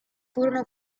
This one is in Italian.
furono